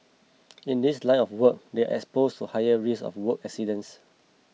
in this line of work they are exposed to higher risk of work accidents